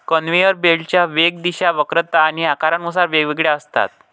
conveyor बेल्टच्या वेग, दिशा, वक्रता आणि आकारानुसार वेगवेगळ्या असतात